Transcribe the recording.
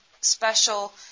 special